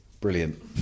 Brilliant